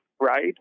right